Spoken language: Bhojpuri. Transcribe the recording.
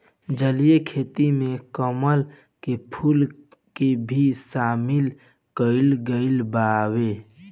जलीय खेती में कमल के फूल के भी शामिल कईल गइल बावे